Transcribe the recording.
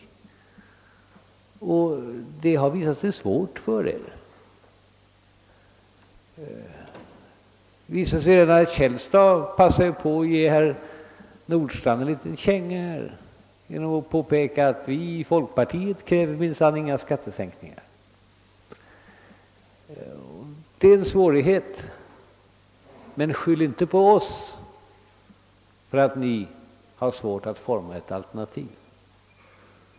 Det har visat sig svårt för er. Herr Källstad passade på att ge herr Nordstrandh en liten känga genom att påpeka att folkpartiet minsann inte kräver några skattesänkningar. Det är en svårighet, men skyll inte på oss för att ni har svårt att forma ett alternativ!